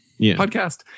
podcast